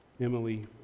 Emily